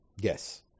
Yes